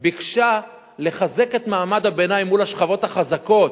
ביקשה לחזק את מעמד הביניים מול השכבות החזקות,